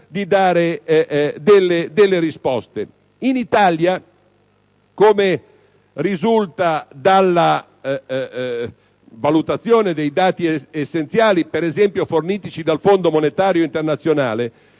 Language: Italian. In Italia, come risulta dalla valutazione dei dati essenziali fornitici, per esempio, dal Fondo monetario internazionale,